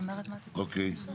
אוקיי.